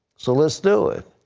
so let's do it.